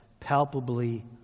Palpably